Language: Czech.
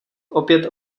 opět